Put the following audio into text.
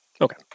Okay